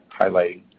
highlighting